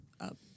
up